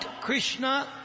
Krishna